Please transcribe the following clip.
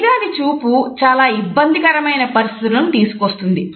సరిగాని చూపు చాలా ఇబ్బందికరమైన పరిస్థితులను తీసుకొస్తుంది